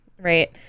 Right